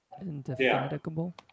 Indefatigable